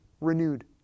renewed